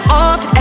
off